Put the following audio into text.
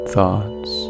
thoughts